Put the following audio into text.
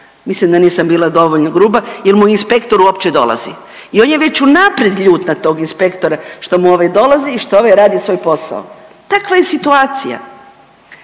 mislim da nisam bila dovoljno gruba jer mu inspektor uopće dolazi i on je već unaprijed ljut na tog inspektora što mu ovaj dolazi i što ovaj radi svoj posao. Takva je situacija.